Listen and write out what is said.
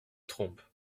trompe